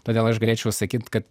todėl aš galėčiau sakyt kad